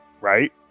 right